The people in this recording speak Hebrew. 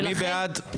מי בעד?